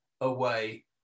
away